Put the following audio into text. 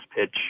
pitch